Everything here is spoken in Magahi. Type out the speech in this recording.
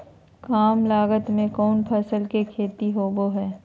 काम लागत में कौन फसल के खेती होबो हाय?